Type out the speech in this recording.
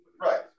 Right